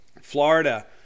Florida